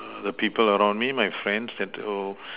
the people around me my friends and